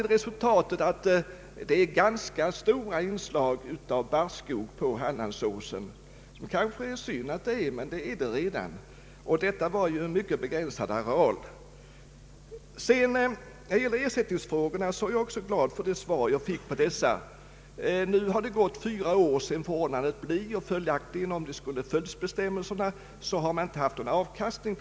Jag såg då att det är ganska stora inslag av barrskog på Hallandsåsen. Det kanske är synd att det är så, men barrskogen finns där alltså redan. Och i de av mig påtalade två fallen är det ju ändå fråga om en mycket begränsad areal. När det gäller ersättningsfrågorna är jag glad över det svar jag fick. Fyra år har gått sedan förodnandet och — om bestämmelserna skulle följts, hade man under denna tid inte haft någon avkastning.